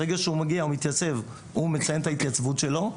ברגע שהוא מתייצב, הוא מציין את ההתייצבות שלו.